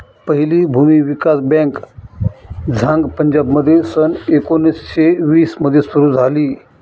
पहिली भूमी विकास बँक झांग पंजाबमध्ये सन एकोणीसशे वीस मध्ये सुरू झाली